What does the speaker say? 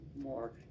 more